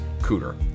Cooter